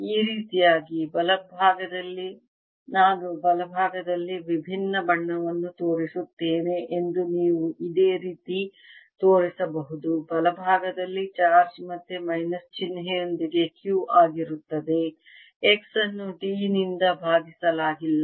ಈ ರೀತಿಯಾಗಿ ಬಲಭಾಗದಲ್ಲಿ ನಾನು ಬಲಭಾಗದಲ್ಲಿ ವಿಭಿನ್ನ ಬಣ್ಣವನ್ನು ತೋರಿಸುತ್ತೇನೆ ಎಂದು ನೀವು ಇದೇ ರೀತಿ ತೋರಿಸಬಹುದು ಬಲಭಾಗದಲ್ಲಿ ಚಾರ್ಜ್ ಮತ್ತೆ ಮೈನಸ್ ಚಿಹ್ನೆಯೊಂದಿಗೆ Q ಆಗಿರುತ್ತದೆ x ಅನ್ನು d ನಿಂದ ಭಾಗಿಸಲಾಗಿಲ್ಲ